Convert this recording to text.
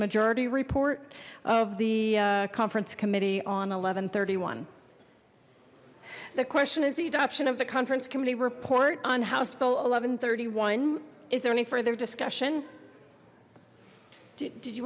majority report of the conference committee on eleven thirty one the question is the adoption of the conference committee report on house bill eleven thirty one is there any further discussion did you